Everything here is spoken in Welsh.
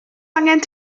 angen